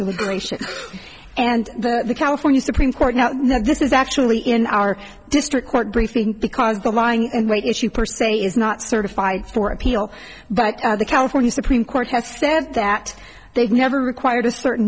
deliberation and the california supreme court now this is actually in our district court brief because the lying and weight issue per se is not certified for appeal but the california supreme court has said that they've never required a certain